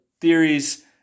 Theories